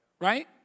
right